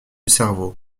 cerveau